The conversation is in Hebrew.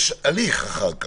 יש הליך אחר כך,